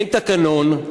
אין תקנון,